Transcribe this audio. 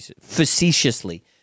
Facetiously